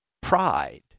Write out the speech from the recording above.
Pride